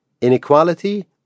Inequality